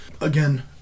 Again